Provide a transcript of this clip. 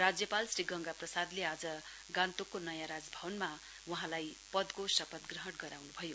राज्यपाल श्री गंगा प्रसादले आज गान्तोकको नयाँ राजभवनमा वहाँलाई पदको शपथग्रहण गराउँनुभयो